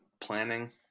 planning